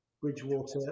Bridgewater